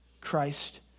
Christ